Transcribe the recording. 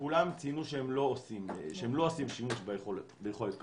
כולם ציינו שהם לא עושים שימוש ביכולת כזאת.